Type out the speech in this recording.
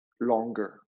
longer